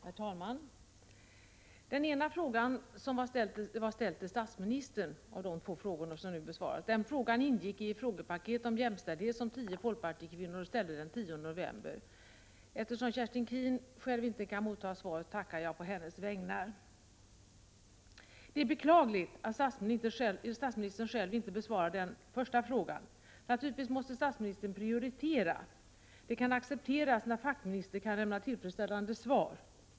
Herr talman! Den ena av de två frågor som nu besvarats var ställd till statsministern. Frågan ingick i ett frågepaket om jämställdhet från tio folkpartikvinnor den 10 november. Eftersom Kerstin Keen själv inte kan ta emot svaret, tackar jag å hennes vägnar. Det är beklagligt att statsministern själv inte besvarar den första frågan. Naturligtvis måste statsministern prioritera, och det kan accepteras när en fackminister kan lämna tillfredsställande svar.